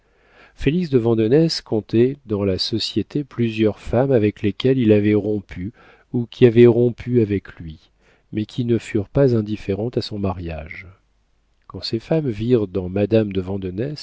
félix de vandenesse comptait dans la société plusieurs femmes avec lesquelles il avait rompu ou qui avaient rompu avec lui mais qui ne furent pas indifférentes à son mariage quand ces femmes virent dans madame de